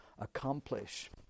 accomplish